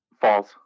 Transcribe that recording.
False